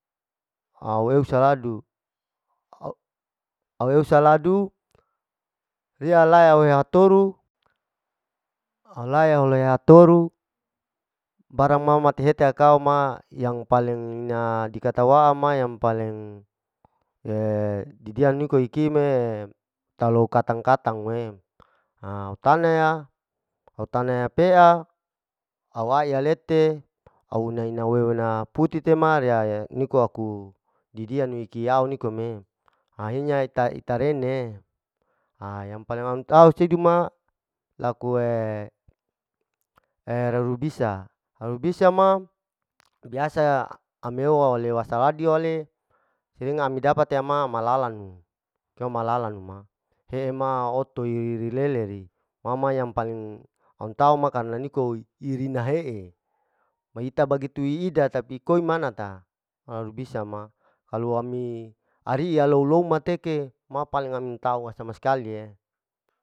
Aweo saladu, aweo saladu riya lai awewe hatoru aula lea haturu, barang ma mate hete akau ma yang paling ina di katawa'ma yang paling, didia niko iki me, talou katang-katang e, ha au tana yaa, au tana ya pea au aai alete, auna awewe aiana a'aina putete ma riya niko laku didianu nikiau nikom e, ahirnya ita ita rene, yang paling au tau siduma laku rerubisa, reru bisa ma biasa ami eu wala wasaladi wale, sering ami dapat'e ma ama lalanu, kama lalanu ma, he'e ma houtu rilele ri, ma ma yang paling antau ma karna niko irina he'e, maita bagitu idata koi manata, au bisa ma kalu ami ari'iya alou-lou mateke ma paling ami tau sama sakali ee.